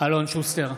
אלון שוסטר,